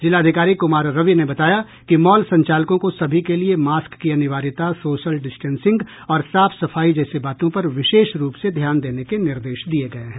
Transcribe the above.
जिलाधिकारी कुमार रवि ने बताया कि मॉल संचालकों को सभी के लिए मास्क की अनिवार्यता सोशल डिस्टेंसिंग और साफ सफाई जैसी बातों पर विशेष रूप से ध्यान देने के निर्देश दिये गये हैं